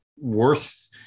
worth